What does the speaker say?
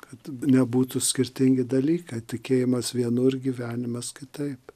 kad nebūtų skirtingi dalykai tikėjimas vienur gyvenimas kitaip